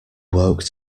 woke